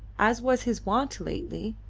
as was his wont lately,